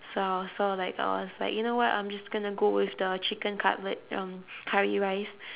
so I was so like I was like you know what I'm just gonna go with the chicken cutlet um curry rice